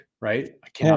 right